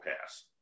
pass